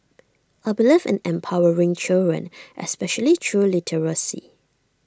I believe in empowering children especially through literacy